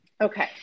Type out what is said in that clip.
Okay